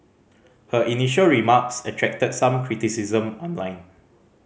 her initial remarks attracted some criticism online